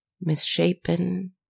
misshapen